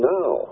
now